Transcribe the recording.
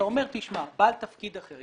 אתה אומר שבעל תפקיד אחר,